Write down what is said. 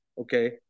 okay